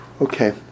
Okay